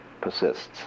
persists